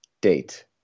Date